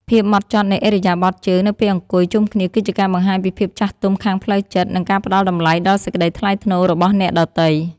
ភាពហ្មត់ចត់នៃឥរិយាបថជើងនៅពេលអង្គុយជុំគ្នាគឺជាការបង្ហាញពីភាពចាស់ទុំខាងផ្លូវចិត្ត និង ការផ្តល់តម្លៃដល់សេចក្តីថ្លៃថ្នូររបស់អ្នកដទៃ។